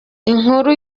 inkuru